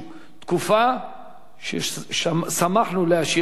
תקופה ששמחנו להשאיר מאחורינו.